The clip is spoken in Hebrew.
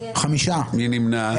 מי נמנע?